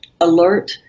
alert